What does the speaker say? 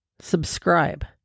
subscribe